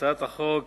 הצעת החוק